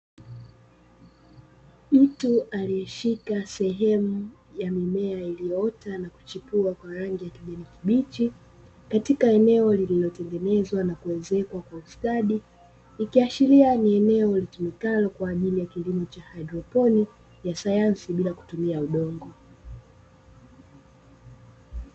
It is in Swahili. Mtu aliyeshika sehemu ya mimea iliyoota na kuchipua kwa rangi ya kijani kibichi, katika eneo lililotengenezwa na kuezekwa kwa ustadi ikiashiria ni eneo litumikalo kwa ajili ya kilimo cha haidroponi ya sayansi bila kutumia udongo.